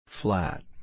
Flat